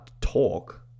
talk